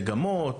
מגמות,